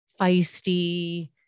feisty